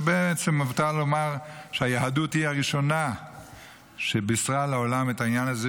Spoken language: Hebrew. ובעצם מותר לומר שהיהדות היא הראשונה שבישרה לעולם את העניין הזה,